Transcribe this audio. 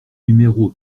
numéro